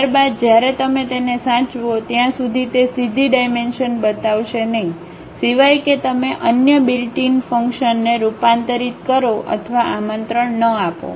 ત્યારબાદ જ્યારે તમે તેને સાચવો ત્યાં સુધી તે સીધી ડાઇમેંશનબતાવશે નહીં સિવાય કે તમે અન્ય બિલ્ટ ઇન ફંક્શંસને રૂપાંતરિત કરો અથવા આમંત્રણ ન આપો